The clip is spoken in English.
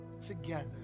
together